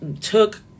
took